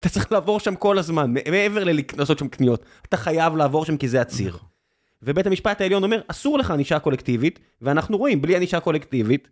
אתה צריך לעבור שם כל הזמן, מעבר לעשות שם קניות. אתה חייב לעבור שם כי זה הציר. ובית המשפט העליון אומר, אסור לך ענישה קולקטיבית, ואנחנו רואים, בלי ענישה קולקטיבית...